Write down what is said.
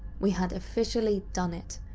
we had officially done it.